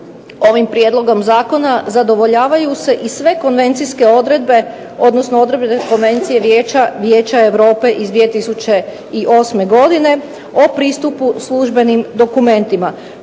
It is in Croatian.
ovim prijedlogom zakona zadovoljavaju se i sve konvencijske odredbe, odnosno odredbe konvencije Vijeća Europe iz 2008. godine o pristupu službenim dokumentima.